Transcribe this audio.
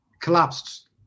collapsed